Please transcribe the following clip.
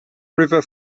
river